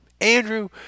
Andrew